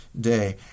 day